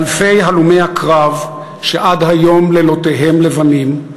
לאלפי הלומי הקרב, שעד היום לילותיהם לבנים,